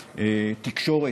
לתקשורת,